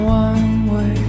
one-way